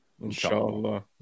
Inshallah